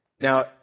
Now